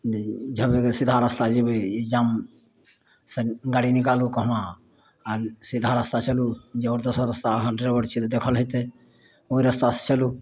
ओ झमेबै सीधा रस्ता जेबै ई जामसँ ई गाड़ी निकालू कहुना आब ई सीधा रस्ता चलू जे आओर दोसर रस्ता अहाँ ड्राइबर छियै तऽ देखल होयतै ओहि रस्ता से चलू